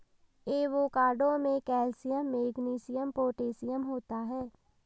avocado में calcium magnesium potassium होता है